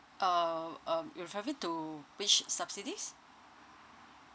uh um you're referring to which subsidies